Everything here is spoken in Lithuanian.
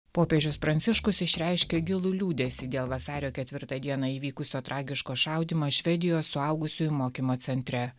popiežius pranciškus išreiškė gilų liūdesį dėl vasario ketvirtą dieną įvykusio tragiško šaudymo švedijos suaugusiųjų mokymo centre